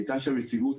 הייתה שם מציאות